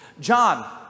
John